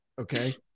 Okay